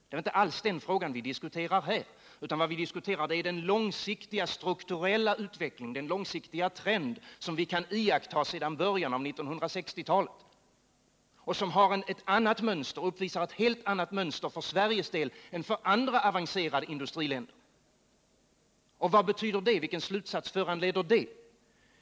Det är inte alls den frågan vi diskuterar här, utan vad vi diskuterar är den långsiktiga, strukturella utvecklingen, den långsiktiga trend som vi kan iaktta sedan början av 1960-talet och som uppvisar ett helt annat mönster för Sveriges del än för andra avancerade industriländer. Vilken slutsats föranleder det?